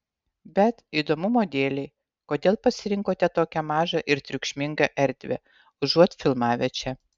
bet įdomumo dėlei kodėl pasirinkote tokią mažą ir triukšmingą erdvę užuot filmavę čia